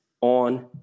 on